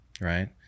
right